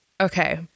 Okay